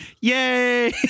Yay